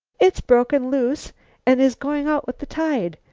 it's broken loose and is going out with the tide.